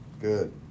Good